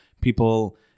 people